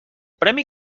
premi